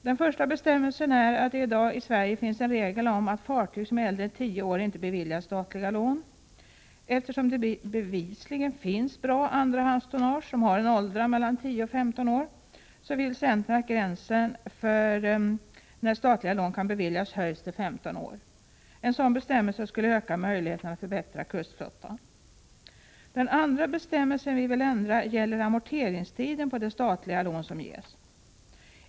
Den första bestämmelsen vi avser är den som finns i Sverige i dag om att fartyg som är äldre än 10 år inte beviljas statliga lån. Eftersom det bevisligen finns bra andrahandstonnage som har en ålder på mellan 10 och 15 år vill centern att gränsen för beviljande av statliga lån höjs till 15 år. En sådan bestämmelse skulle öka möjligheterna att förbättra kustflottan. Den andra bestämmelsen vi vill ändra gäller amorteringstiden på de statliga lån som ges.